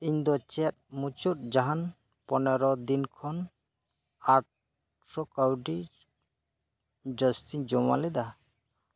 ᱤᱧ ᱫᱚ ᱪᱮᱫ ᱢᱩᱪᱟᱹᱫ ᱡᱟᱦᱟᱱ ᱯᱚᱱᱮᱨᱚ ᱫᱤᱱ ᱠᱷᱚᱱ ᱟᱴ ᱥᱚ ᱠᱟᱣᱰᱤ ᱡᱟᱥᱛᱤᱧ ᱡᱚᱢᱟ ᱞᱮᱫᱟ